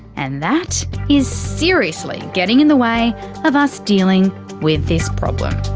and that is seriously getting in the way of us dealing with this problem.